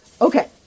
okay